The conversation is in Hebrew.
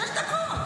שש דקות.